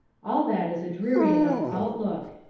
all that is a dreary enough outlook.